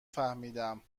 فهمیدم